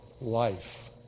life